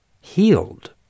healed